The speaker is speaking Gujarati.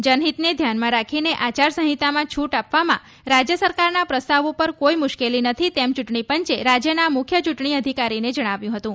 જનહિતને ધ્યાનમાં રાખીને આચાર સંહિતામાં છુટ આપવામાં રાજ્ય સરકારના પ્રસ્તાવ ઉપર કોઇ મુશ્કેલી નથી તેમ ચૂંટણીપંચે રાજ્યના મુખ્ય ચૂંટણી અધિકારીને જણાવ્યું હતું